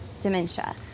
dementia